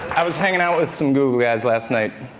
i was hanging out with some google guys last night.